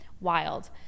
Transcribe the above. Wild